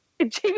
James